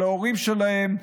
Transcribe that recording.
על ההורים שלהם,